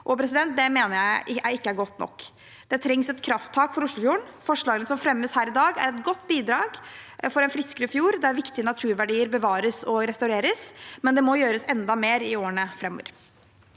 på høring. Det mener jeg ikke er godt nok. Det trengs et krafttak for Oslofjorden. Forslagene som fremmes her i dag, er et godt bidrag for en friskere fjord der viktige naturverdier bevares og restaureres, men det må gjøres enda mer i årene framover.